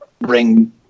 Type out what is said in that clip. bring